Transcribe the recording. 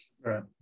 Right